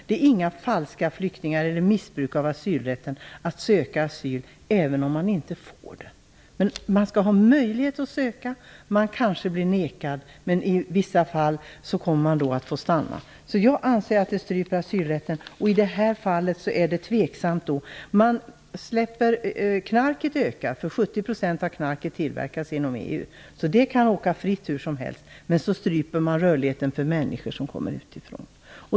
Det är inte fråga om falska flyktingar eller om missbruk av asylrätten att söka asyl även om man inte får det. Man skall ha möjlighet att söka. Kanske blir man nekad. I vissa fall får man stanna. Jag anser att det handlar om att strypa asylrätten. I det här fallet är det tveksamt. Knarket ökar ju. 70 % av knarket tillverkas inom EU, så knarket kan åka fritt hur som helst. Däremot stryper man rörligheten för människor som kommer utifrån.